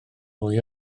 mwy